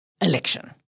election